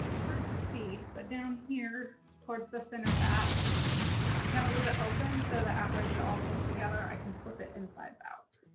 hard to see but down here towards the center back i'm gonna leave it open so that after i get all sewn together i can flip it insides out.